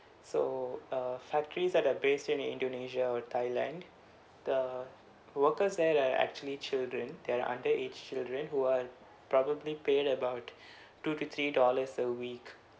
so uh factories that are based in the indonesia or thailand the workers there are actually children they are underaged children who are probably paid about two to three dollars a week